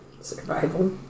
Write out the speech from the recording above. Survival